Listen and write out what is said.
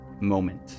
moment